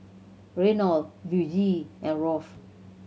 Reynold Luigi and Rolf